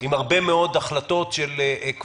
עם הרבה מאוד החלטות שמתקבלות על ידי